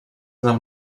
del